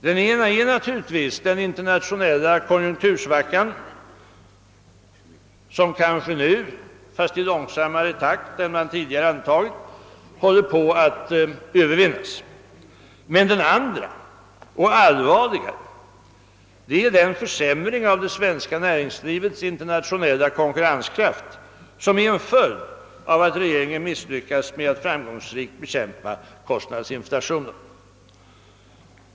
Den ena är naturligtvis den internationella konjunktursvackan, som kanske nu — ehuru i långsammare takt än man tidigare antagit — håller på att övervinnas. Men den andra och allvarligaste är den försämring av det svenska näringslivets internationella konkurrenskraft som är en följd av att regeringen misslyckats med att framgångsrikt bekämpa kostnadsinflationen.